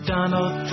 Donald